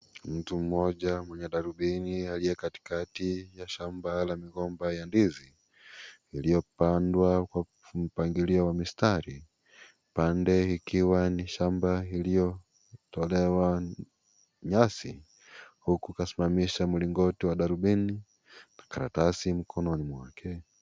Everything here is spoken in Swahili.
Mtu mmoja mwenye darubini aliye katikati ya shamba la mgomba ya ndizi iliyopandwa kwa mpangilio wa mstari upande ikiwa ni shamba iliyo tolewa nyasi huku kasimamisha mlingoti wa darubini na karatasi mkononi mwake.